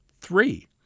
Three